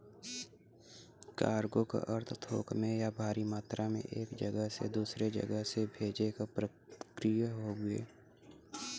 cargo क अर्थ थोक में या भारी मात्रा में एक जगह से दूसरे जगह से भेजे क प्रक्रिया हउवे